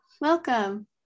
Welcome